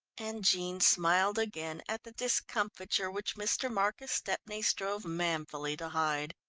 and jean smiled again at the discomfiture which mr. marcus stepney strove manfully to hide.